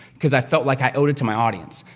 cause i felt like i owed it to my audience.